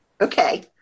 Okay